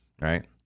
Right